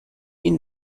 این